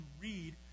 read